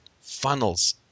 funnels